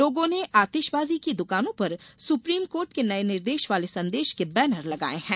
लोगों ने आतिशबाजी की दुकानों पर सुप्रीम कोर्ट के नये निर्देश वाले संदेश के बेनर लगाये गये हैं